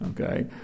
Okay